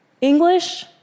English